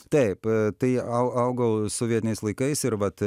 taip tai au augau sovietiniais laikais ir vat